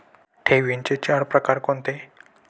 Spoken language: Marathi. ठेवींचे चार प्रकार कोणते?